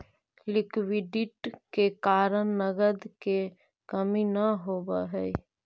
liquidity के कारण नगद के कमी न होवऽ हई